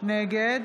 נגד